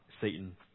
Satan